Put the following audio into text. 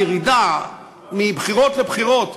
הירידה של אחוז ההצבעה מבחירות לבחירות.